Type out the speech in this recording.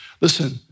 Listen